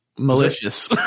Malicious